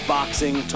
Boxing